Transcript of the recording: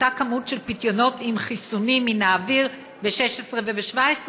אותה כמות של פיתיונות עם חיסונים מן האוויר ב-2016 וב-2017,